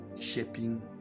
shaping